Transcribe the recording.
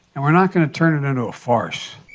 and we're not going to turn it into a farce,